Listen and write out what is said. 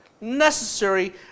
necessary